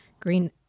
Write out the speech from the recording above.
Green